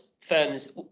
firms